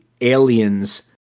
aliens